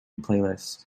playlist